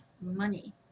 money